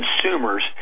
consumers